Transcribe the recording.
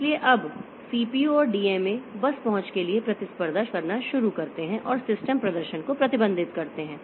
इसलिए अब सीपीयू और डीएमए बस पहुंच के लिए प्रतिस्पर्धा करना शुरू करते हैं और सिस्टम प्रदर्शन को प्रतिबंधित करते हैं